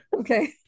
Okay